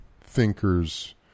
thinkers